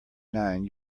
nine